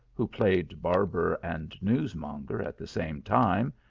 who played bar ber and newsmonger at the same time.